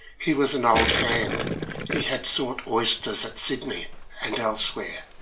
he was an old hand he had sought oysters at sydney and elsewhere,